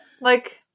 like-